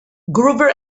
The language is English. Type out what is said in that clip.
gruber